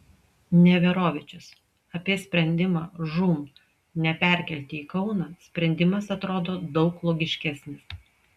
neverovičius apie sprendimą žūm neperkelti į kauną sprendimas atrodo daug logiškesnis